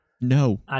No